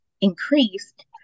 increased